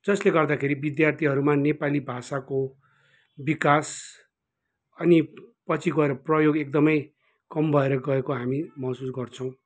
जसले गर्दाखेरि विद्यार्थीहरूमा नेपाली भाषाको विकास अनि पछि गएर प्रयोग एकदमै कम भएर गएको हामी महसुस गर्छौ